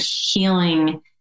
healing